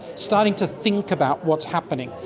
starting to think about what's happening.